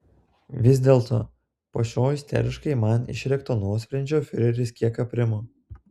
vis dėlto po šio isteriškai man išrėkto nuosprendžio fiureris kiek aprimo